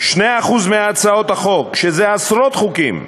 2% מהצעות החוק, שזה עשרות חוקים,